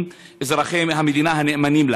ונתנו שלוש חלופות לפתור את